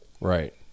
Right